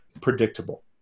predictable